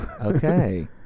Okay